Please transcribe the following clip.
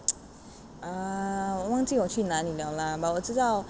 uh 我忘记我去哪里 liao lah but 我知道